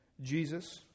Jesus